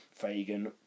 Fagan